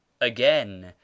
again